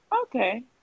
okay